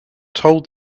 told